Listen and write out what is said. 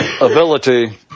ability